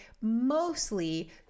mostly